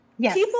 People